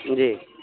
جی